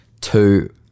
two